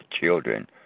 children